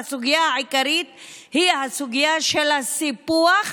והסוגיה העיקרית היא הסוגיה של הסיפוח,